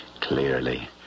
Clearly